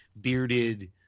bearded